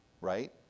right